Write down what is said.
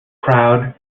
crowd